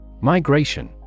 Migration